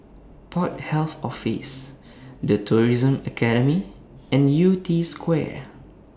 Port Health Office The Tourism Academy and Yew Tee Square